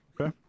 okay